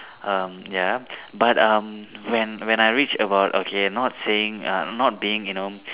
um ya but um when when I reach about okay not saying uh not being you know